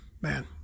man